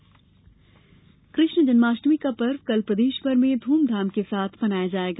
जन्माष्टमी कृष्ण जन्माष्टमी का पर्व कल प्रदेश भर में धूम धाम के साथ मनाया जायेगा